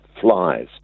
flies